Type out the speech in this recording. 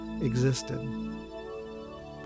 existed